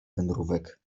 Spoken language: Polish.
wędrówek